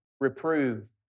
reprove